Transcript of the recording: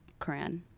quran